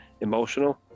emotional